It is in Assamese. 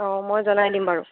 অঁ মই জনাই দিম বাৰু